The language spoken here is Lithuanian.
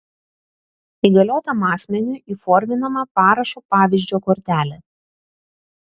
įgaliotam asmeniui įforminama parašo pavyzdžio kortelė